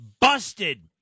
busted